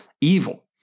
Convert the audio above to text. evil